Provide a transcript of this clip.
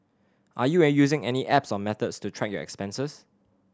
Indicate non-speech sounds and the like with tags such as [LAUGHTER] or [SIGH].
are you [UNINTELLIGIBLE] using any apps or methods to track your expenses